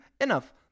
Enough